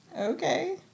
Okay